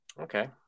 okay